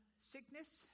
sickness